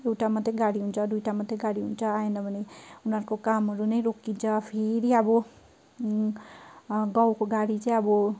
एउटा मात्रै गाडी हुन्छ दुइटा मात्रै गाडी हुन्छ आएन भने उनीहरूको कामहरू नै रोकिन्छ फेरि अब गाउँको गाडी चाहिँ अब